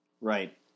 Right